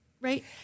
Right